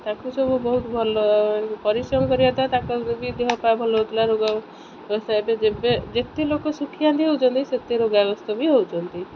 ତାଙ୍କୁ ସବୁ ବହୁତ ଭଲ ପରିଶ୍ରମ କରିବା ଦ୍ୱାରା ତାଙ୍କ ବି ଦେହ ପା ଭଲ ହେଉଥିଲା ରୋଗ ବ୍ୟବସ୍ଥା ଏବେ ଯେବେ ଯେତିକି ଲୋକ ସୁଖିଆଦି ହେଉଛନ୍ତି ସେତେ ରୋଗ ବ୍ୟବସ୍ଥା ବି ହେଉଛନ୍ତି